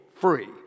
free